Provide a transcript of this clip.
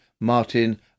Martin